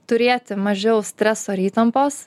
turėti mažiau streso ir įtampos